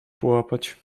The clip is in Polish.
połapać